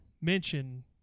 mention